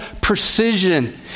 precision